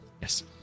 yes